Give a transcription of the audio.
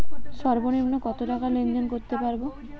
সর্বনিম্ন কত টাকা লেনদেন করতে পারবো?